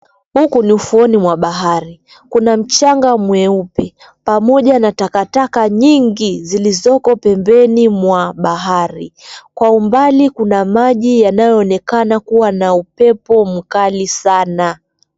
Huku ni ufuoni mwa bahari kuna mchanga mweupe pamoja na takataka nyingi zilizoko pembeni mwa bahari kwa umbali kuna maji yanayoonekana kuwa na upepo mkali sana.